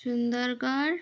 Sundargarh